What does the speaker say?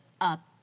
up